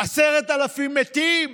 10,000 מתים.